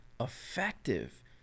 effective